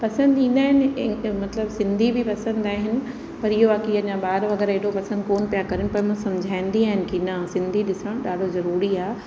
पसंदि ईंदा आहिनि मतिलबु सिंधी बि पसंदि आहिनि पर इहो आहे कि अञा ॿार वग़ैरह एॾो पसंदि कोन पिया करनि पर मां समुझाईंदी आहियां कि न सिंधी ॾिसणु ॾाढो ज़रूरी आहे